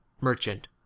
merchant